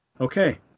okay